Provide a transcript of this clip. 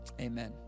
Amen